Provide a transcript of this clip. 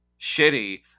shitty